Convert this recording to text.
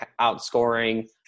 outscoring